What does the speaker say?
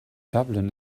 dublin